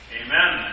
amen